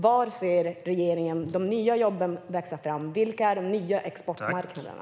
Var ser regeringen de nya jobben växa fram? Vilka är de nya exportmarknaderna?